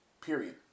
period